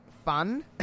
fun